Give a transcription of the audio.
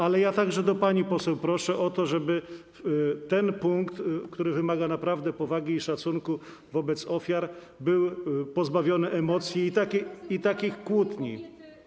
Ale ja także panią poseł proszę o to, żeby ten punkt, który wymaga naprawdę powagi i szacunku wobec ofiar, był pozbawiony emocji i kłótni.